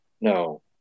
no